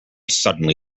suddenly